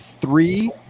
three